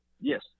Yes